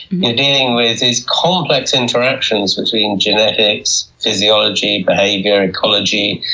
you're dealing with these complex interactions between genetics, physiology, behavior, ecology,